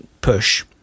push